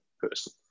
person